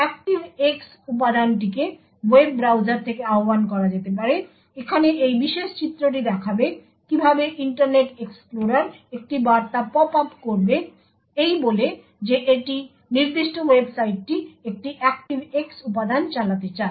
ActiveX উপাদানটিকে web browser থেকে আহ্বান করা যেতে পারে এখানে এই বিশেষ চিত্রটি দেখাবে কিভাবে ইন্টারনেট এক্সপ্লোরার একটি বার্তা পপ আপ করবে এই বলে যে এই নির্দিষ্ট ওয়েবসাইটটি একটি ActiveX উপাদান চালাতে চায়